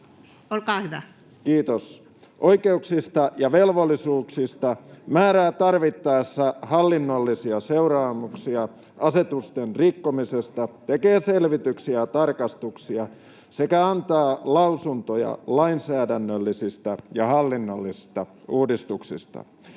Kiitos. — ...oikeuksista ja velvollisuuksista, määrää tarvittaessa hallinnollisia seuraamuksia asetusten rikkomisesta, tekee selvityksiä ja tarkastuksia sekä antaa lausuntoja lainsäädännöllisistä ja hallinnollisista uudistuksista.